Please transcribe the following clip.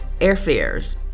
airfares